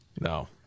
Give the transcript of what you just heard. No